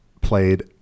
played